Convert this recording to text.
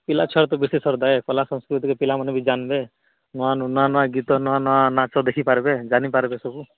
ପିଲା ଛୁଆ ତ ବେଶୀ ଶ୍ରଦ୍ଧାଏ କଲା ସଂସ୍କୃତି ପିଲାମାନେ କିଛି ଜାଣିବେ ନୂଆ ନୂଆ ଗୀତ ନୂଆ ନୂଆ ନାଚ ଦେଖି ପାରିବେ ଜାଣିପାରବେ ସବୁ